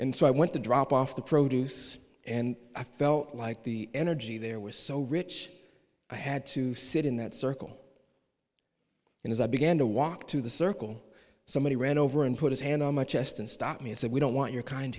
and so i went to drop off the produce and i felt like the energy there was so rich i had to sit in that circle and as i began to walk to the circle somebody ran over and put his hand on my chest and stopped me and said we don't want your kind